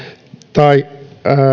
tai